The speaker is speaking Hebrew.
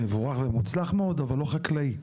מבורך ומוצלח מאוד, אבל לא חקלאי.